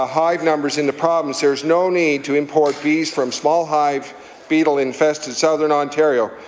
ah hive numbers in the province, there is no need to import bees from small-hive, beetle-infested southern ontario.